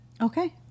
Okay